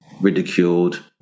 ridiculed